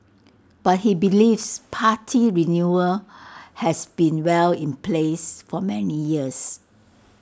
but he believes party renewal has been well in place for many years